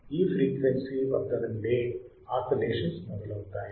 ఈ ఫ్రీక్వెన్సీ వద్ద నుండే ఆసిలేషన్స్ మొదలవుతాయి